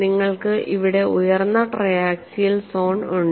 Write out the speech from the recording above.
നിങ്ങൾക്ക് ഇവിടെ ഉയർന്ന ട്രയാക്സിയൽ സോൺ ഉണ്ട്